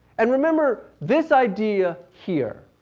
and remember this idea here,